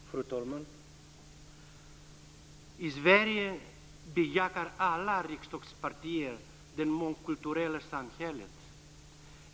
Fru talman! I Sverige bejakar alla riksdagspartier det mångkulturella samhället.